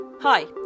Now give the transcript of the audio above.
Hi